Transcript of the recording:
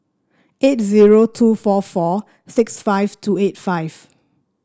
eight zero two four four six five two eight five